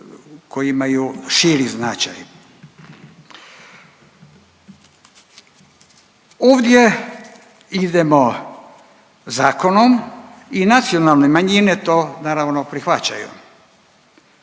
koji imaju širi značaj. Ovdje idemo zakonom i nacionalne manjine to naravno prihvaćaju